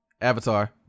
Avatar